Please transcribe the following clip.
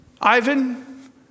Ivan